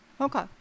Okay